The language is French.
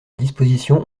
dispositions